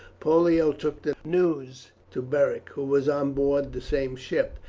pollio took the news to beric, who was on board the same ship,